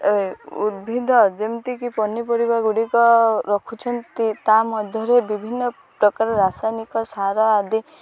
ଏ ଉଦ୍ଭିଦ ଯେମିତିକି ପନିପରିବାଗୁଡ଼ିକ ରଖୁଛନ୍ତି ତା ମଧ୍ୟରେ ବିଭିନ୍ନ ପ୍ରକାର ରାସାୟନିକ ସାର ଆଦି